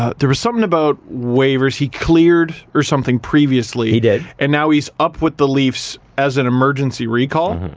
ah there was something about waivers. he cleared or something previously he did and now he's up with the leafs as an emergency recall.